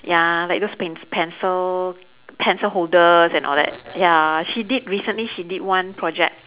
ya like those penc~ pencil pencil holders and all that ya she did recently she did one project